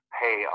pay